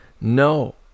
no